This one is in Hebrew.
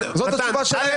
התשובה.